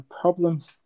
problems